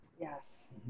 Yes